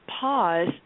pause